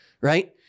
right